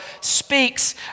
speaks